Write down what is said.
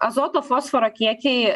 azoto fosforo kiekiai